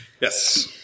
Yes